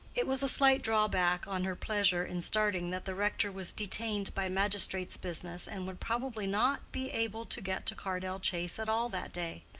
it was a slight drawback on her pleasure in starting that the rector was detained by magistrate's business, and would probably not be able to get to cardell chase at all that day.